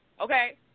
Okay